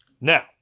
Now